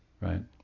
right